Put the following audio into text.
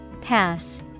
Pass